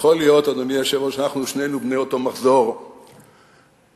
אנחנו שנינו בני אותו מחזור בכנסת.